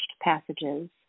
passages